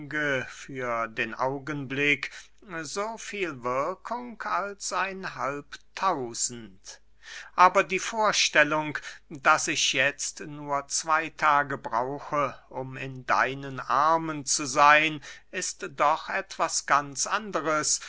für den augenblick so viel wirkung als ein halb tausend aber die vorstellung daß ich jetzt nur zwey tage brauche um in deinen armen zu seyn ist doch etwas ganz anderes